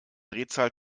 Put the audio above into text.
drehzahl